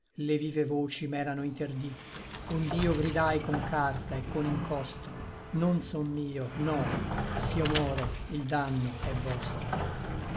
le vive voci m'erano interditte ond'io gridai con carta et con incostro non son mio no s'io moro il danno è vostro